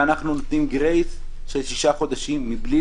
ואנחנו נותנים גרייס של שישה חודשים מבלי